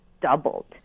doubled